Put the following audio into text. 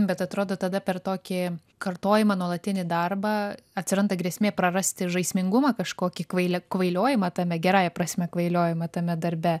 bet atrodo tada per tokį kartojimą nuolatinį darbą atsiranda grėsmė prarasti žaismingumą kažkokį kvaile kvailiojimą tame gerąja prasme kvailiojimą tame darbe